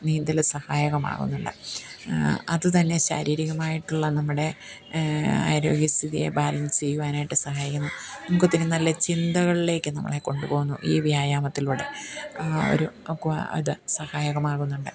നീന്തൽ സഹായകമാകുന്നുണ്ട് അത് തന്നെ ശാരീരികമായിട്ടുള്ള നമ്മുടെ ആരോഗ്യസ്ഥിതിയെ ബാലൻസ് ചെയ്യുവാനായിട്ട് സഹായിക്കുന്നു നമുക്കൊത്തിരി നല്ല ചിന്തകളിലേക്ക് നമ്മളെ കൊണ്ട് പോകുന്നു ഈ വ്യായാമത്തിലൂടെ ഒരു ക്യാ ഇത് സഹായകമാകുന്നുണ്ട്